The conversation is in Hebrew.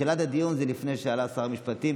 ותחילת הדיון זה לפני שעלה שר המשפטים.